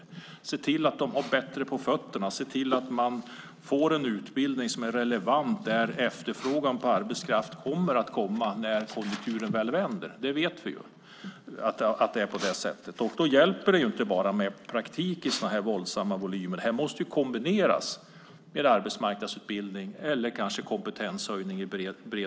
Vi måste se till att de har bättre på fötterna, se till att de får en utbildning som är relevant och där efterfrågan på arbetskraft kommer att komma när konjunkturen väl vänder. Vi vet att det är så. Då hjälper det inte bara med praktik i sådana här våldsamma volymer. Det måste kombineras med arbetsmarknadsutbildning eller kompetenshöjning.